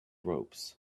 ropes